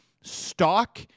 stock